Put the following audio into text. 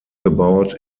gebaut